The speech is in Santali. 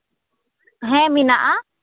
ᱦᱮᱸ ᱢᱮᱱᱟᱜᱼᱟ